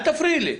אל תפריעי לי.